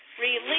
release